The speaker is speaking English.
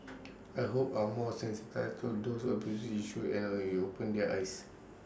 I hope are more sensitised to these abuse issues and that it's opened their eyes